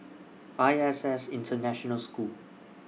I S S International School